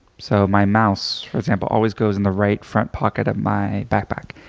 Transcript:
so my mouse, for example, always goes in the right front pocket of my backpack.